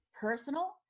personal